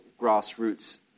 grassroots